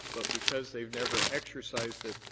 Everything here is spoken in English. but because they've never exercised it,